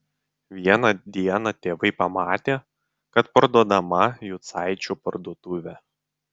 vieną dieną tėvai pamatė kad parduodama jucaičių parduotuvė